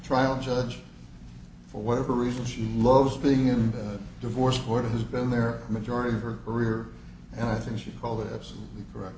trial judge for whatever reason she loves being in the divorce court has been there majority of her career and i think she called it absolutely correct